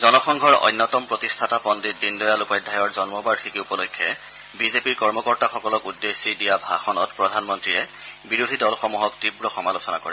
জনসংঘৰ অন্যতম প্ৰতিষ্ঠাতা পণ্ডিত দীনদয়াল উপাধ্যায়ৰ জন্মবাৰ্ষিকী উপলক্ষে বিজেপিৰ কৰ্মকৰ্তাসকলক উদ্দেশ্যি দিয়া ভাষণত প্ৰধানমন্ত্ৰীয়ে বিৰোধী দলসমূহক তীৱ সমালোচনা কৰে